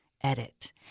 edit